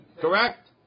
Correct